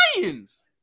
Lions